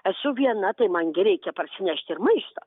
esu viena tai man gi reikia parsinešti ir maisto